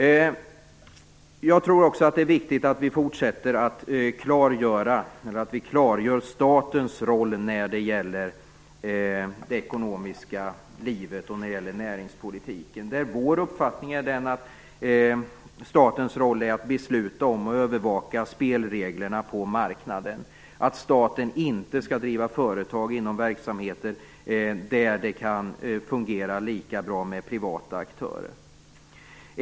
Vidare tror jag att det är viktigt att vi klargör statens roll när det gäller det ekonomiska livet och näringspolitiken. Det är vår uppfattning att statens roll är att besluta om och övervaka spelreglerna på marknaden. Staten skall inte driva företag inom verksamheter där det kan fungera lika bra med privata aktörer.